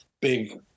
big